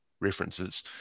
references